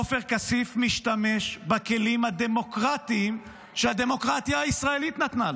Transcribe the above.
עופר כסיף משתמש בכלים הדמוקרטיים שהדמוקרטיה הישראלית נתנה לו.